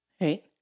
Right